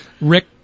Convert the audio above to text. rick